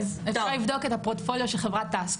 אפשר לבדוק את הפורטפוליו של חברת TASC,